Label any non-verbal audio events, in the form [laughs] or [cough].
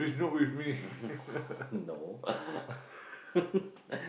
[breath] no [laughs]